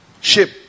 ship